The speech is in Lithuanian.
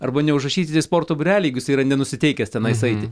arba neužrašysit į sporto būrelį jeigu jisai yra nenusiteikęs tenais eiti